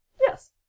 Yes